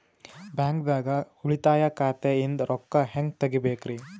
ಬ್ಯಾಂಕ್ದಾಗ ಉಳಿತಾಯ ಖಾತೆ ಇಂದ್ ರೊಕ್ಕ ಹೆಂಗ್ ತಗಿಬೇಕ್ರಿ?